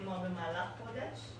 במהלך החודש.